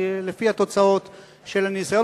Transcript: לפי התוצאות של הניסיון?